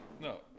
No